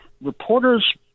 Reporters